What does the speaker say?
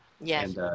Yes